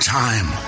time